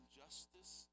justice